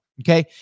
Okay